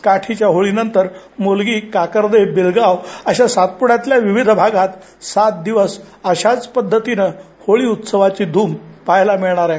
काठीच्या होळी नंतर मोलगी काकर्दे बिलगाव अशा सातपुङ्यातल्या विविध भागात सात दिवस अशाच पद्धतीने होळी उत्सवाची धुम पहायला मिळणार आहे